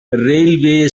railway